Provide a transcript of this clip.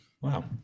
Wow